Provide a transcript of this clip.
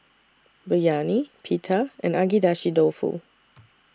Biryani Pita and Agedashi Dofu